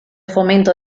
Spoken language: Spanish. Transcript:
fomento